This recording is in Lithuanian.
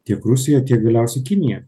tiek rusiją tiek galiausiai kiniją